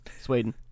Sweden